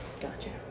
gotcha